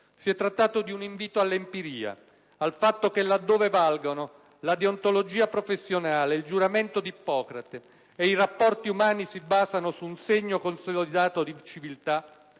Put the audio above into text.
Si è trattato di un invito all'empiria: al fatto che, laddove valgono la deontologia professionale, il giuramento di Ippocrate, e i rapporti umani si basano su un senso consolidato di civiltà,